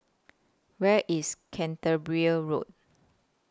Where IS Road